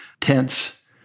tents